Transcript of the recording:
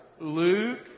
Luke